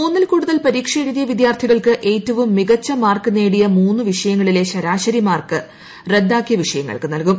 മൂന്നിൽ കൂടുതൽ പരീക്ഷ എഴുതിയ വിദ്യാർത്ഥികൾക്ക് ഏറ്റവും മികച്ച മാർക്ക് നേടിയ മൂന്ന് വിഷയങ്ങളിലെ ശരാശരി മാർക്ക് റദ്ദാക്കിയ വിഷയങ്ങൾക്ക് നൽകും